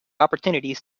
opportunities